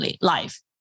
life